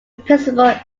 principal